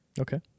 Okay